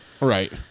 Right